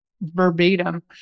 verbatim